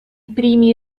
primi